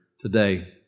today